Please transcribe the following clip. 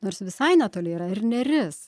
nors visai netoli yra ir neris